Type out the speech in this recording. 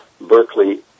Berkeley